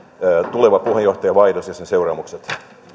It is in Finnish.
tuleva puheenjohtajavaihdos ja sen seuraamukset